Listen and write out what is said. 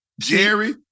Jerry